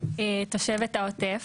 תושבת העוטף,